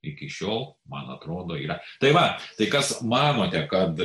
iki šiol man atrodo yra tai va tai kas manote kad